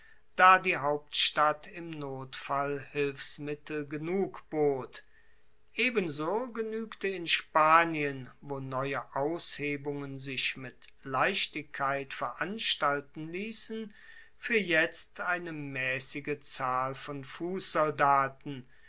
da die hauptstadt im notfall hilfsmittel genug bot ebenso genuegte in spanien wo neue aushebungen sich mit leichtigkeit veranstalten liessen fuer jetzt eine maessige zahl von